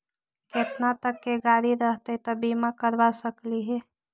केतना तक के गाड़ी रहतै त बिमा करबा सकली हे?